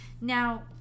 now